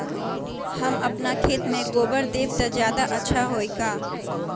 हम अपना खेत में गोबर देब त ज्यादा अच्छा होई का?